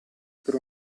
per